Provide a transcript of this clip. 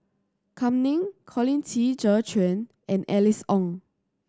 Kam Ning Colin Qi Zhe Quan and Alice Ong